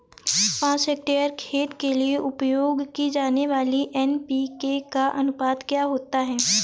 पाँच हेक्टेयर खेत के लिए उपयोग की जाने वाली एन.पी.के का अनुपात क्या होता है?